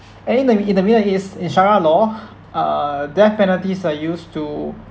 and then in the in the middle east in sharia law uh death penalties are used to